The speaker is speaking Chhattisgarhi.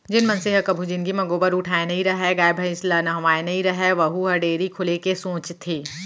जेन मनसे ह कभू जिनगी म गोबर उठाए नइ रहय, गाय भईंस ल नहवाए नइ रहय वहूँ ह डेयरी खोले के सोचथे